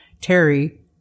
Terry